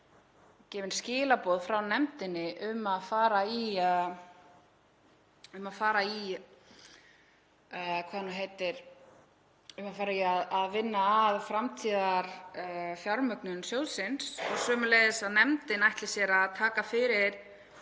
gefin skilaboð frá nefndinni um að fara í að vinna að framtíðarfjármögnun sjóðsins, sömuleiðis að nefndin ætli sér að taka fyrir,